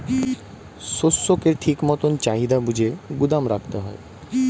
শস্যকে ঠিক মতন চাহিদা বুঝে গুদাম রাখতে হয়